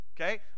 okay